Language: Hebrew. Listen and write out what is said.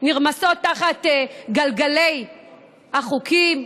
נרמסות תחת גלגלי החוקים,